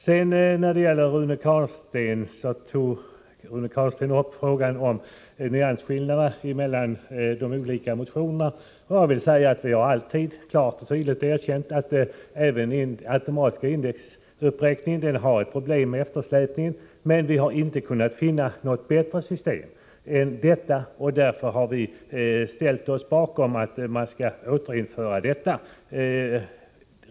Rune Carlstein tog upp frågan om nyansskillnaderna mellan de olika motionerna. Vi har alltid klart och tydligt erkänt att även den automatiska indexuppräkningen medför en del eftersläpningsproblem, men vi har inte kunnat finna något bättre system än detta. Därför har vi ställt oss bakom kravet på att man skulle återinföra detta system.